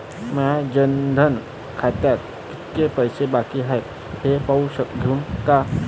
माया जनधन खात्यात कितीक पैसे बाकी हाय हे पाहून द्यान का?